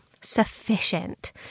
sufficient